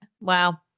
Wow